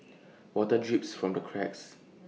water drips from the cracks